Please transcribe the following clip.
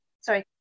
sorry